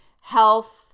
health